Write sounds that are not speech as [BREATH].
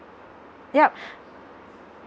yup [BREATH]